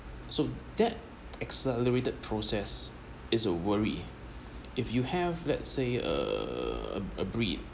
so that accelerated process is a worry if you have let's say err a breed